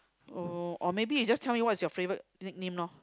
oh or maybe you just me what is your favourite nick name loh